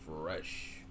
fresh